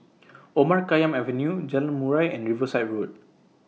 Omar Khayyam Avenue Jalan Murai and Riverside Road